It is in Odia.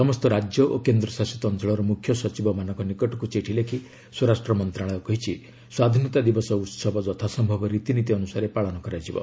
ସମସ୍ତ ରାଜ୍ୟ ଓ କେନ୍ଦ୍ରଶାସିତ ଅଞ୍ଚଳର ମୁଖ୍ୟ ସଚିବମାନଙ୍କ ନିକଟକୁ ଚିଠି ଲେଖି ସ୍ୱରାଷ୍ଟ୍ର ମନ୍ତ୍ରଣାଳୟ କହିଛି ସ୍ୱାଧୀନତା ଦିବସ ଉତ୍ସବ ଯଥାସନ୍ତବ ରୀତିନୀତି ଅନୁସାରେ ପାଳନ କରାଯିବ